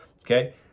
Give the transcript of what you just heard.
okay